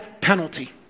penalty